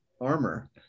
armor